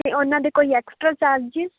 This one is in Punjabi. ਅਤੇ ਉਨ੍ਹਾਂ ਦੇ ਕੋਈ ਐਕਸਟਰਾ ਚਾਰਜਸ